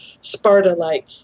sparta-like